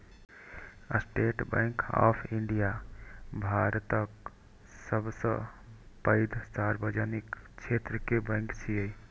state Bank of India भारतक सबसं पैघ सार्वजनिक क्षेत्र के बैंक छियै